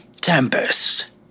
Tempest